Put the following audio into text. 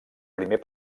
primer